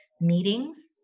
meetings